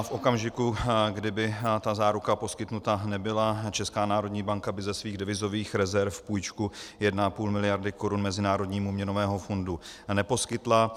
V okamžiku, kdy by ta záruka poskytnuta nebyla, Česká národní banka by ze svých devizových rezerv půjčku 1,5 mld. korun Mezinárodnímu měnovému fondu neposkytla.